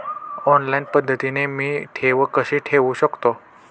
Online पद्धतीने मी ठेव कशी ठेवू शकतो?